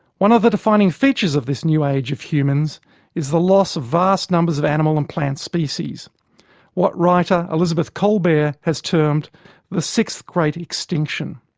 one of the defining features of this new age of humans is the loss of vast numbers of animal and plant species what writer elizabeth kolbert has termed the sixth great extinction.